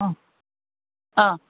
അ ആ